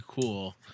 cool